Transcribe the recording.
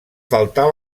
faltar